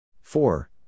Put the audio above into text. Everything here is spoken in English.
Four